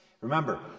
Remember